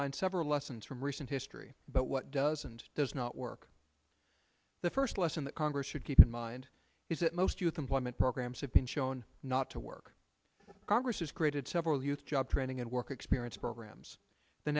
several lessons from recent history but what does and does not work the first lesson that congress should keep in mind is that most youth employment programs have been shown not to work congress has created several youth job training and work experience programs the